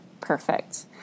Perfect